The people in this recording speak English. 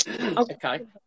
Okay